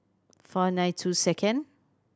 four nine two second